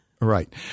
Right